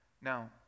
Now